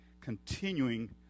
continuing